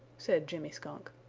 said jimmy skunk.